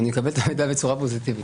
אני מקבל את המידע בצורה פוזיטיבית.